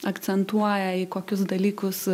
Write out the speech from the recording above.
akcentuoja į kokius dalykus